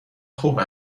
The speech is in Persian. خوب